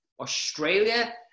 Australia